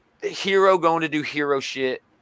hero-going-to-do-hero-shit